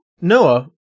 noah